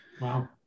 Wow